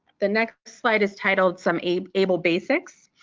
the next slide is titled some able basics.